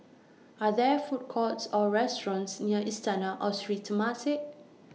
Are There Food Courts Or restaurants near Istana Or Sri Temasek